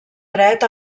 dret